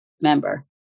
member